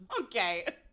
okay